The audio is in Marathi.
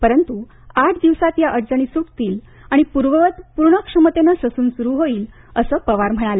परंत्आठ दिवसात या अडचणी सुटतील आणि पूर्ववत पूर्ण क्षमतेनं ससून सुरू होईल असं पवार म्हणाले